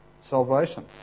salvation